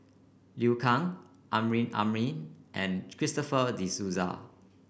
Liu Kang Amrin Amin and Christopher De Souza